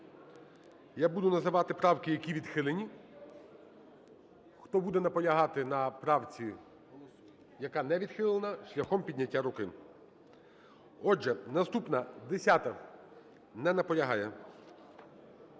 Я буду називати правки, які відхилені. Хто буде наполягати на правці, яка не відхилена, шляхом підняття руки. Отже, наступна, 10-а. Не наполягає.